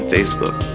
Facebook